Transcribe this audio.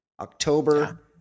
October